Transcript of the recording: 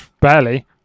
Barely